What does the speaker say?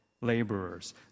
laborers